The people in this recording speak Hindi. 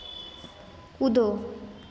कूदो